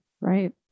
Right